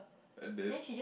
and then